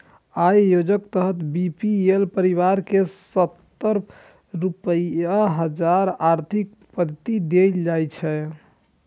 अय योजनाक तहत बी.पी.एल परिवार कें सत्तर हजार रुपैया के आर्थिक मदति देल जाइ छै